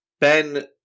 Ben